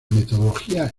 metodología